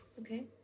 Okay